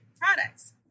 products